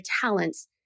talents